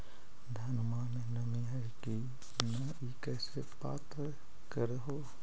धनमा मे नमी है की न ई कैसे पात्र कर हू?